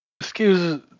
excuse